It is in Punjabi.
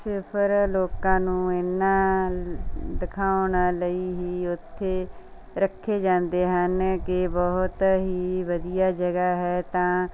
ਸੀਫਰ ਲੋਕਾਂ ਨੂੰ ਇਹਨਾਂ ਦਿਖਾਉਣ ਲਈ ਹੀ ਉੱਥੇ ਰੱਖੇ ਜਾਂਦੇ ਹਨ ਕਿ ਬਹੁਤ ਹੀ ਵਧੀਆ ਜਗ੍ਹਾ ਹੈ ਤਾਂ